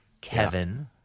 Kevin